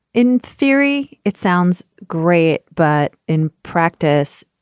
in theory it sounds great but in practice,